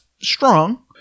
strong